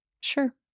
Sure